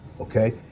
okay